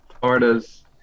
florida's